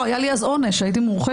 היה לי אז עונש, הייתי מורחקת.